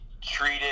treated